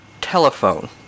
telephone